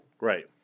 right